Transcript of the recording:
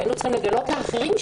והיינו צריכים לגלות לאחרים,